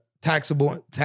taxable